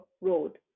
Road